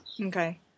Okay